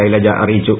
ശൈലജ അറിയിച്ചു